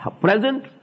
present